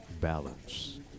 balance